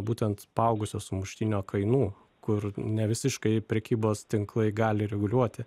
būtent paaugusio sumuštinio kainų kur nevisiškai prekybos tinklai gali reguliuoti